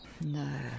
No